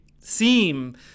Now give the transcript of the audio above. seem